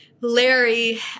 Larry